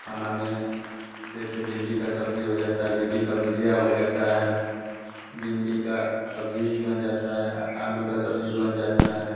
खाना में जैसे भिंडी की सब्ज़ी हो जाती है भिंडी की भुजिया हो जाती है भिंडी की सब्ज़ी भी बन जाती है आलू की सब्ज़ी बन जाती है